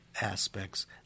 aspects